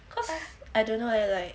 cause ah I don't know leh like